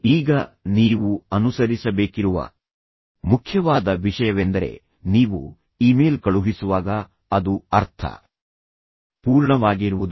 ಈಗ ನೀವು ಅನುಸರಿಸ ಬೇಕಿರುವ ಮುಖ್ಯವಾದ ವಿಷಯವೆಂದರೆ ನೀವು ಇಮೇಲ್ ಕಳುಹಿಸುವಾಗ ಅದು ಅರ್ಥ ಪೂರ್ಣವಾಗಿರುವುದು